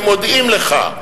הם מודיעים לך,